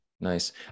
Nice